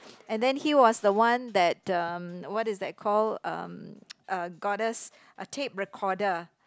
and then he was the one that the what it that called um got us a tape recorder